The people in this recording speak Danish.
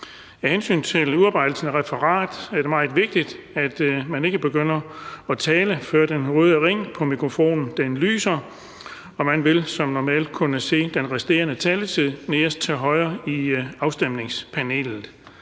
Af hensyn til udarbejdelsen af referatet er det meget vigtigt, at man ikke begynder at tale, før den røde ring på mikrofonen lyser, og man vil som normalt kunne se den resterende taletid nederst til højre på afstemningspanelet.